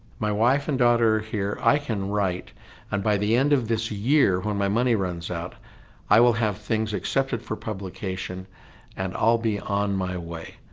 my wife and daughter here i can write and by the end of this year when my money runs out i will have things accepted for publication and i'll be on my way.